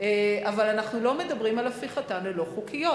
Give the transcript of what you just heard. אבל אנחנו לא מדברים על הפיכתן ללא-חוקיות.